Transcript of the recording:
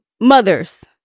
mothers